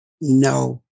No